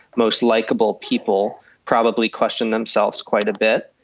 most likable people probably question themselves quite a bit.